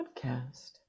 podcast